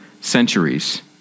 centuries